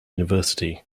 university